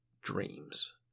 dreams